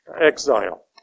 exile